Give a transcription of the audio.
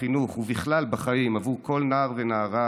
בחינוך ובכלל בחיים עבור כל נער ונערה,